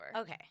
Okay